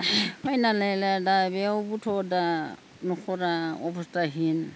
फायनानैलाय दा बेयावबोथ'दा न'खरा अबस्थाहिन